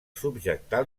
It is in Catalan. subjectar